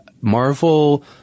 Marvel